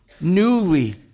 newly